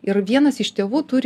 ir vienas iš tėvų turi